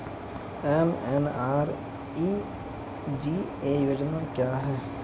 MNREGA योजना क्या हैं?